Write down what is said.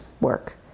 work